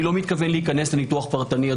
אני לא מתכוון להיכנס לניתוח פרטני.